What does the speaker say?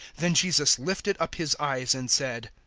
then jesus lifted up his eyes and said,